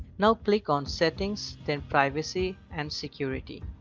now click on settings, then privacy and security.